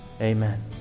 Amen